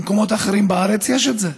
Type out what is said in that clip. במקומות אחרים בארץ יש את זה.